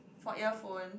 for earphones